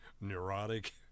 neurotic